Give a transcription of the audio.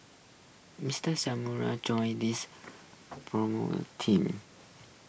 Mister joined this team